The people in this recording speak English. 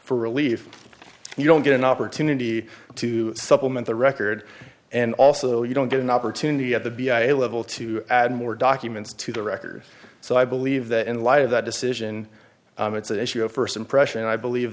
for relief you don't get an opportunity to supplement the record and also you don't get an opportunity at the be a level to add more documents to the record so i believe that in light of that decision it's an issue of st impression i believe